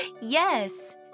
Yes